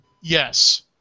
Yes